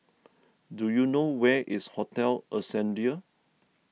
do you know where is Hotel Ascendere